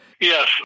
Yes